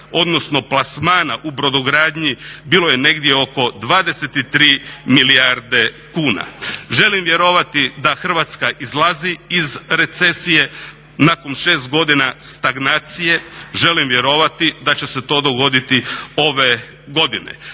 odnosno plasmana u brodogradnji bilo je negdje oko 23 milijarde kuna. Želim vjerovati da Hrvatska izlazi iz recesije nakon 6 godina stagnacije, želim vjerovati da će se to dogoditi ove godine.